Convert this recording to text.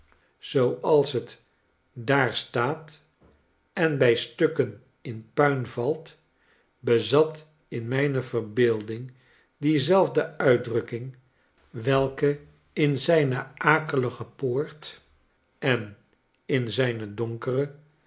zooals het daar staat en bij stukken in puin valt bezat in mijne verbeelding diezelfde uitdrukking welke in zijne akelige poort en in zijne donkere